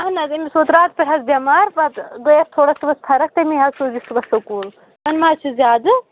اَہَن حظ أمِس ووت راتہٕ پٮ۪ٹھ حظ بٮ۪مار پَتہٕ گٔیَس تھوڑا صُبحس فرق تمٕے حظ سوز یہِ صُبحس سکوٗل وۄنۍ مہٕ حظ چھُس زیادٕ